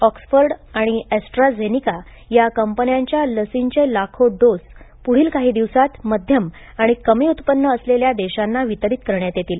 Oxford आणि AstraZeneca या कंपन्यांच्या लसींचे लाखो डोस प्ढील काही दिवसांत मध्यम आणि कमी उत्पन्न असलेल्या देशांना वितरित करण्यात येतील